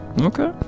Okay